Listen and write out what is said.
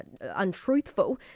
untruthful